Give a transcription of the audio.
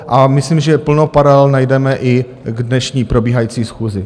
A myslím, že i plno paralel najdeme i v dnešní probíhající schůzi.